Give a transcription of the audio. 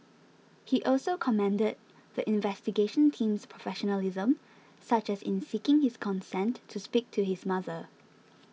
he also commended the the investigation team's professionalism such as in seeking his consent to speak to his mother